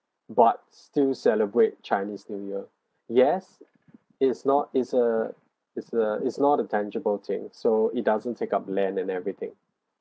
but still celebrate chinese new year yes is not is a is a is not a tangible thing so it doesn't take up land and everything